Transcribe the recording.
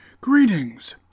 Greetings